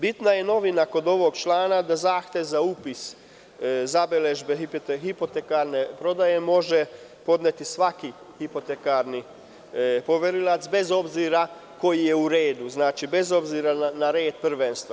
Bitna novina kod ovog člana jeste da i zahtev za upis zabeležbe hipotekarne prodaje može podneti svaki hipotekarni poverilac, bez obzira koji je u redu, bez obzira na red prvenstva.